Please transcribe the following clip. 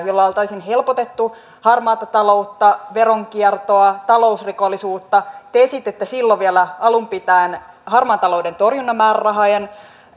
joilla oltaisiin helpotettu harmaata taloutta veronkiertoa talousrikollisuutta te esititte silloin vielä alun pitäen harmaan talouden torjunnan määrärahojen